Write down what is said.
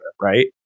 right